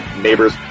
neighbors